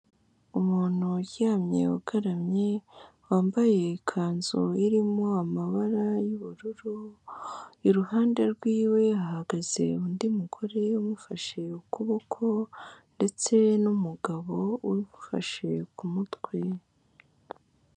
Umuntu uryamye ugaramye, wambaye ikanzu irimo amabara y'ubururu, iruhande rwiwe hahagaze undi mugore umufashe ukuboko, ndetse n'umugabo umufashe ku mutwe.